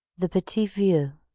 the petit vieux